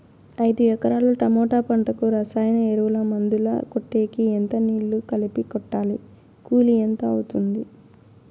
ఐదు ఎకరాల టమోటా పంటకు రసాయన ఎరువుల, మందులు కొట్టేకి ఎంత నీళ్లు కలిపి కొట్టాలి? కూలీ ఎంత అవుతుంది?